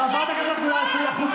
חברת הכנסת, נא לצאת החוצה